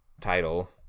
title